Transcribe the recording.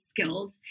skills